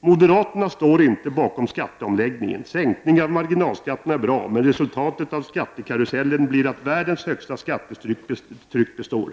”Moderaterna står inte bakom skatteomläggningen. Sänkningen av marginalskatterna är bra, men resultatet av skattekarusellen blir att världens högsta skattetryck består.